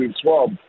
swab